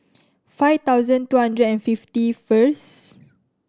five thousand two hundred and fifty first